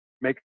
make